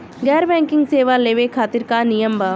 गैर बैंकिंग सेवा लेवे खातिर का नियम बा?